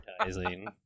advertising